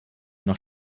noch